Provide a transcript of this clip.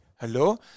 hello